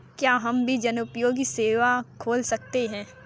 क्या हम भी जनोपयोगी सेवा खोल सकते हैं?